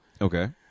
Okay